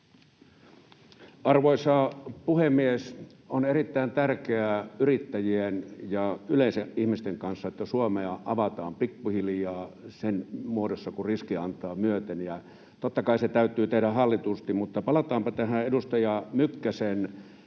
Arvoisa puhemies! On erittäin tärkeää yrittäjien ja yleensä ihmisten kannalta, että Suomea avataan pikkuhiljaa siinä muodossa kuin riski antaa myöten, ja totta kai se täytyy tehdä hallitusti. Mutta palataanpa tähän edustaja Mykkäsen